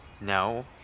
No